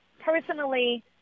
personally